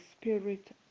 Spirit